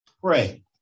pray